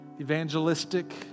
evangelistic